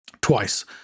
twice